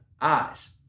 eyes